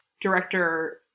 director